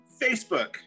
facebook